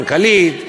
בזה המנכ"לית,